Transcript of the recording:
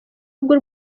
bw’u